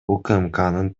укмкнын